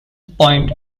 point